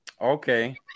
Okay